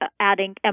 adding